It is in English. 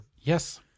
yes